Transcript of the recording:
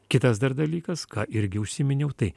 kitas dar dalykas ką irgi užsiminiau tai